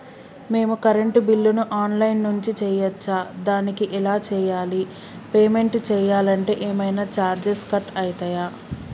మేము కరెంటు బిల్లును online నుంచి చేయచ్చా? దానికి ఎలా చేయాలి? పేమెంట్ చేయాలంటే ఏమైనా చార్జెస్ కట్ అయితయా?